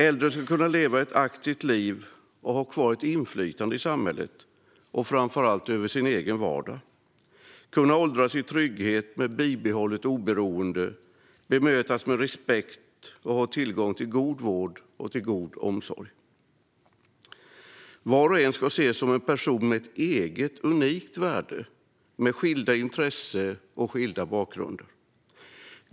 Äldre ska kunna leva ett aktivt liv och ha kvar ett inflytande i samhället, framför allt över sin egen vardag, kunna åldras i trygghet med bibehållet oberoende, bemötas med respekt och ha tillgång till god vård och omsorg. Var och en ska ses som en person med ett eget unikt värde med skilda intressen och skilda bakgrunder.